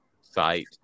site